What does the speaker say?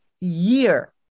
year